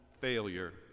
failure